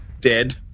dead